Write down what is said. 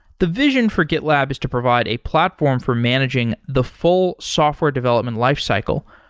the vision for gitlab is to provide a platform for managing the full software development lifecycle,